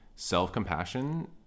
Self-compassion